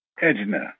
Edna